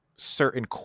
certain